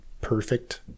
perfect